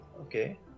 Okay